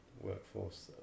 workforce